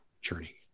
Journey